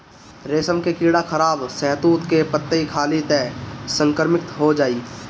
रेशम के कीड़ा खराब शहतूत के पतइ खाली त संक्रमित हो जाई